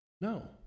No